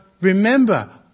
remember